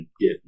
get